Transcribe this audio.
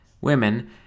Women